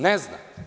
Ne zna.